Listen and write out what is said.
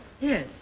Yes